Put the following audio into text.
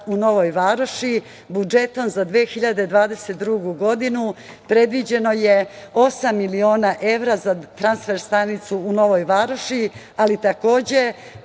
u Novoj Varoši. Budžetom za 2022. godinu predviđeno je osam miliona evra za transfer stanicu u Novoj Varoši, ali takođe